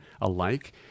alike